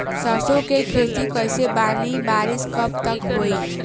सरसों के खेती कईले बानी बारिश कब तक होई?